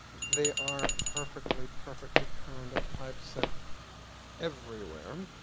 they are perfectly, perfectly kerned and typeset everywhere.